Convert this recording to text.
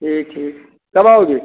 ठीक ठीक कब आओगे